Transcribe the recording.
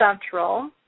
Central